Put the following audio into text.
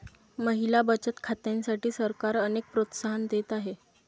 महिला बचत खात्यांसाठी सरकार अनेक प्रोत्साहन देत आहे